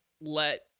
let